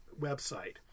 website